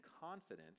confidence